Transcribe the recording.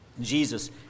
Jesus